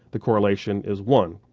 the correlation is one.